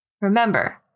Remember